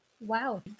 Wow